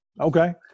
Okay